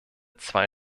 zwei